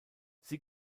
sie